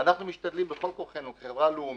ואנחנו משתדלים בכל כוחנו כחברה לאומית,